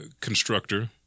constructor